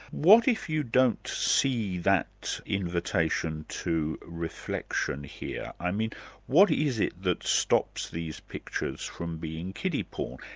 what if you don't see that invitation to reflection here? i mean what is it that stops these pictures from being kiddy porn?